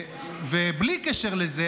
ובלי קשר לזה,